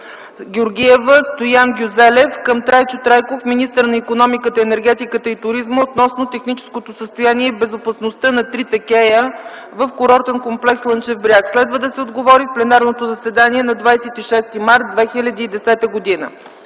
Георгиева и Стоян Гюзелев към Трайчо Трайков – министър на икономиката, енергетиката и туризма, относно техническото състояние и безопасността на трите кея в курортен комплекс Слънчев бряг. Следва да се отговори в пленарното заседание на 26 март 2010 г.